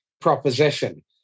proposition